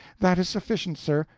that is sufficient, sir.